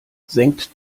senkt